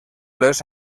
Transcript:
les